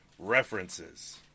References